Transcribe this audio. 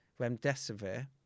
remdesivir